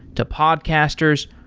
to podcasters,